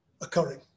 occurring